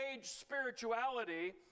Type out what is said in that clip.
spirituality